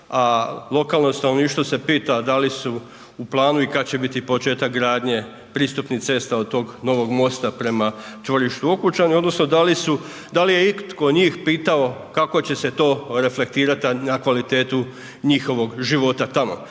a lokalno stanovništvo se pita da li su u planu i kad će biti početak gradnje pristupnih cesta od tog novog mosta prema čvorištu Okučani odnosno da li su, da li je itko od njih pitao kako će se to reflektirat na kvalitetu njihovog života tamo,